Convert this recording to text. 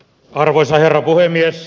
arvoisa herra puhemies